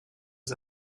aux